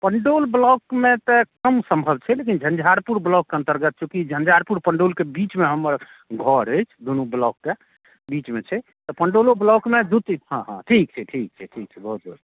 पण्डौल ब्लाकमे तऽ कम सम्भव छै लेकिन झंझारपुर ब्लाकके अंतर्गत चूँकि झंझारपुर पण्डौलके बीचमे हमर घर अछि दूनू ब्लाकके बीचमे छै तऽ पण्डौलो ब्लाकमे दू तीन हँ हँ ठीक छै ठीक छै ठीक छै बहुत बहुत